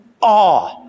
awe